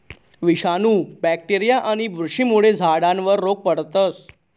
विषाणू, बॅक्टेरीया आणि बुरशीमुळे झाडावर रोग पडस